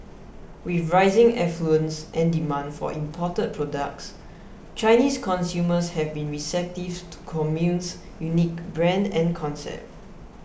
with rising affluence and demand for imported products Chinese consumers have been receptive to Commune's unique brand and concept